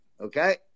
Okay